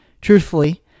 Truthfully